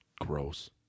gross